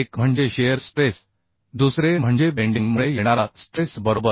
एक म्हणजे shear stress दुसरे म्हणजे बेंडिंग मुळे येणारा स्ट्रेस बरोबर